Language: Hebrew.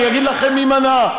אני אגיד לכם מי מנע.